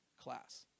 class